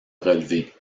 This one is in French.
relever